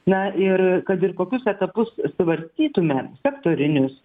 na ir kad ir kokius etapus svarstytume sektorinius